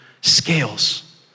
scales